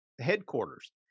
headquarters